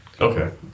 Okay